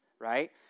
right